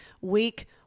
week